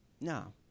No